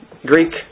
Greek